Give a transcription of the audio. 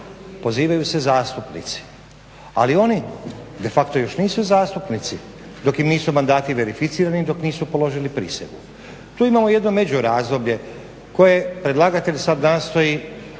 Pozivaju se zastupnici. Ali oni de facto još nisu zastupnici dok im nisu mandati verificirani i dok nisu položili prisegu. Tu imamo jedno međurazdoblje koje predlagatelj sad nastoji